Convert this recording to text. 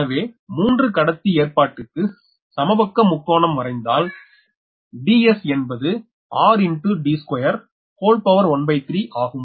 எனவே 3 கடத்தி ஏற்பாடிற்கு சமபக்க முக்கோணம் வரைந்தால் Ds என்பது 13 ஆகும்